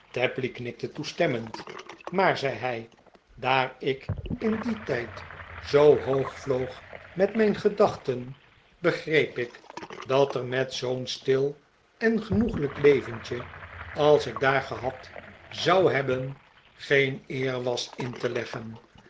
tapley knikte toestemmend maar zei hij daar ik in dien tijd zoo hoog vloog met mijn gedachten begreep ik dat er met zoo'n stil en genoeglijk leventje als ik daar gehad zou hebben geen eer was in te leggen